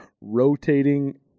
rotating